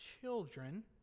children